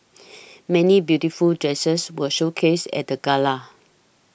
many beautiful dresses were showcased at the gala